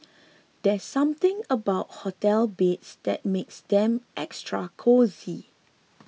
there's something about hotel beds that makes them extra cosy